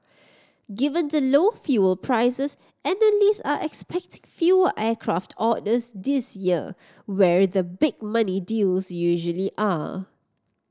given the low fuel prices analyst are expecting fewer aircraft orders this year where the big money deals usually are